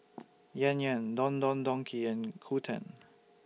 Yan Yan Don Don Donki and Qoo ten